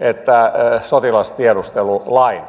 että sotilastiedustelulain